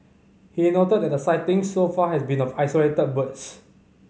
he noted that the sightings so far has been of isolated birds